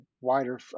wider